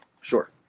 Sure